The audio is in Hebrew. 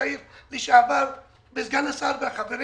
ראש העיר לשעבר וסגן השר והחברים